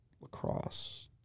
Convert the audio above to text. Lacrosse